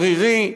ערירי,